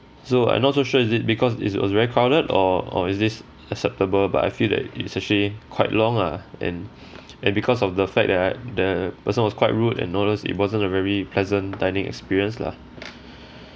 so I not so sure is it because it was very crowded or or is this acceptable but I feel that it's actually quite long ah and and because of the fact that right the person was quite rude and all those it wasn't a very pleasant dining experience lah